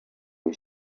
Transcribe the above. his